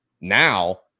Now